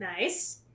Nice